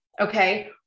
okay